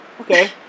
Okay